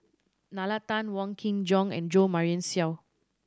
Nalla Tan Wong Kin Jong and Jo Marion Seow